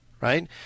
right